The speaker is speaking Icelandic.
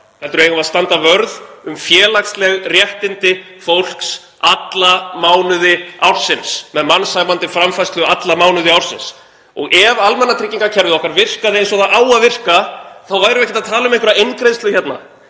heldur eigum við að standa vörð um félagsleg réttindi fólks alla mánuði ársins, með mannsæmandi framfærslu alla mánuði ársins. Ef almannatryggingakerfið okkar virkaði eins og það á að virka þá værum við ekki að tala um einhverja eingreiðslu hérna.